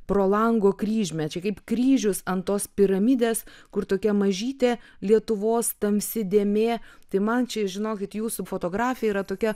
pro lango kryžmę čia kaip kryžius ant tos piramidės kur tokia mažytė lietuvos tamsi dėmė tai man čia žinokit jūsų fotografija yra tokia